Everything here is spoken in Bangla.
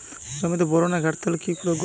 জমিতে বোরনের ঘাটতি হলে কি প্রয়োগ করব?